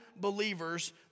believers